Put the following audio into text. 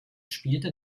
spielte